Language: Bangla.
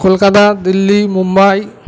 কলকাতা দিল্লি মুম্বাই